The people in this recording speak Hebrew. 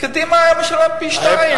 קדימה היתה משלמת פי-שניים.